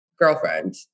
girlfriend